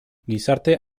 gizarte